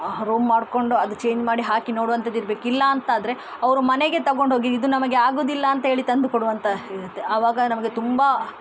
room ಮಾಡ್ಕೊಂಡು ಅದ change ಮಾಡಿ ಹಾಕಿ ನೋಡುವಂಥದ್ದು ಇರಬೇಕು ಇಲ್ಲ ಅಂತಾದರೆ ಅವರು ಮನೆಗೆ ತಗೊಂಡು ಹೋಗಿ ಇದು ನಮಗೆ ಆಗೋದಿಲ್ಲ ಅಂತ ತಂದು ಕೊಡುವಂತ ಇರುತ್ತೆ ಆವಾಗ ನಮಗೆ ತುಂಬ